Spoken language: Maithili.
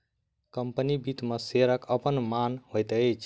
कम्पनी वित्त मे शेयरक अपन मान होइत छै